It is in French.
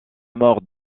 mort